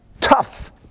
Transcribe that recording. tough